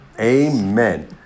Amen